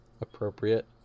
appropriate